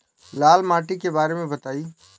लाल माटी के बारे में बताई